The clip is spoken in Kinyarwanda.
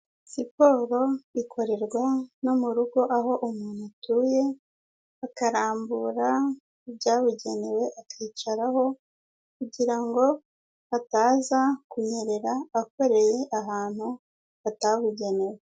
Siporo ikorerwa no mu rugo aho umuntu atuye, akarambura ibyabugenewe, akicaraho kugira ngo ataza kunyerera akoreye ahantu hatabugenewe.